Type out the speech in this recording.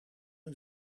een